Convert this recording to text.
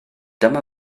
dyma